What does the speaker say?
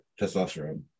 testosterone